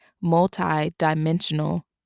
multi-dimensional